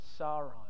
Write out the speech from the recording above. Sauron